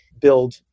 build